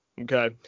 Okay